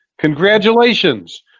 congratulations